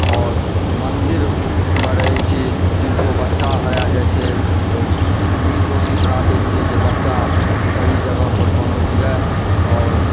आओर मन्दिरमे रहैत छी तऽ किनको बच्चा हरा जाइ छै तऽ ई कोशिश राखैत छियै जे बच्चा सही जगहपर पहुँचि जाए आओर